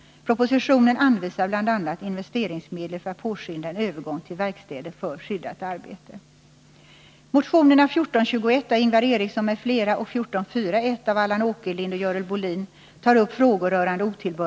Propositionen anvisar bl.a. investeringsmedel för att påskynda en övergång till verkstäder för skyddat arbete.